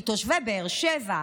כי תושבי באר שבע,